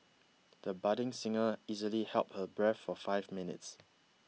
the budding singer easily held her breath for five minutes